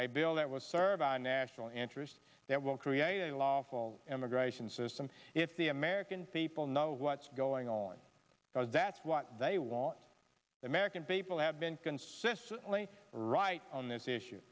a bill that was serving national interests that will create a lawful immigration system if the american people know what's going on because that's what they want the american people have been consistently right on this issue